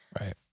Right